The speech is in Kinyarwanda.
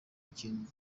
ikintu